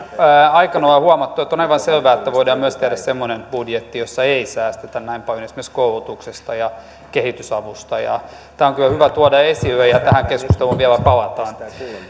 aikana on on huomattu että on aivan selvää että voidaan myös tehdä semmoinen budjetti jossa ei säästetä näin paljon esimerkiksi koulutuksesta ja kehitysavusta ja tämä on kyllä hyvä tuoda esille ja tähän keskusteluun vielä palataan